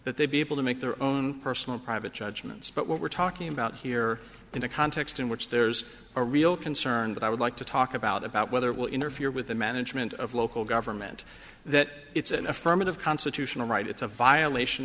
that they be able to make their own personal private judgments but what we're talking about here in a context in which there's a real concern that i would like to talk about about whether it will interfere with the management of local government that it's an affirmative constitutional right it's a violation